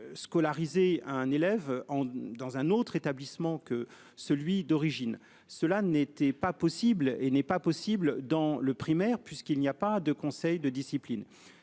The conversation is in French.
Scolarisé un élève en dans un autre établissement que celui d'origine, cela n'était pas possible et n'est pas possible dans le primaire, puisqu'il n'y a pas de conseils de discipline.